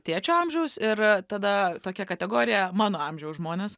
tėčio amžiaus ir tada tokia kategorija mano amžiaus žmonės